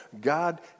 God